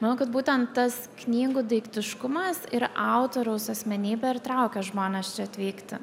manau kad būtent tas knygų daiktiškumas ir autoriaus asmenybė ir traukia žmones čia atvykti